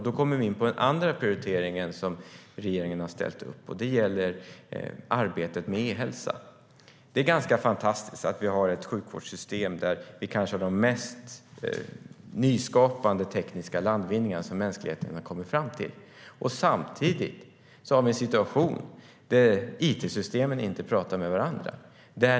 Då kommer vi in på den andra prioriteringen som regeringen har ställt upp, nämligen arbetet med e-hälsa. Det är fantastiskt att vi har ett sjukvårdssystem med de mest nyskapande tekniska landvinningarna som mänskligheten har kommit fram till. Samtidigt råder situationen att it-systemen inte pratar med varandra.